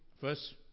first